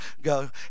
go